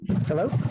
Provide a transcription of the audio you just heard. Hello